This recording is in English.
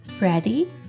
Ready